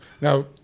Now